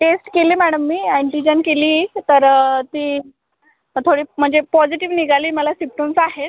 taste केली madam मी antigen केली तर ती थोडी म्हणजे पॉझिटीव्ह निघाली मला सिम्प्टम्स आहेत